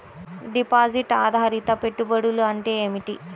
Deposit ఆధారిత పెట్టుబడులు అంటే ఏమిటి?